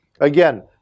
Again